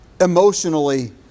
Emotionally